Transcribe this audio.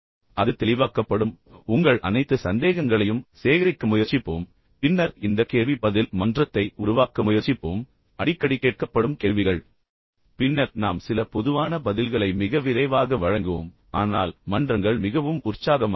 அது தெளிவாக்கப்படும் உங்கள் அனைத்து சந்தேகங்களையும் சேகரிக்க முயற்சிப்போம் பின்னர் இந்த கேள்வி பதில் மன்றத்தை உருவாக்க முயற்சிப்போம் அடிக்கடி கேட்கப்படும் கேள்விகள் பின்னர் நாம் சில பொதுவான பதில்களை மிக விரைவாக வழங்குவோம் ஆனால் மன்றங்கள் மிகவும் உற்சாகமாக இருக்கும்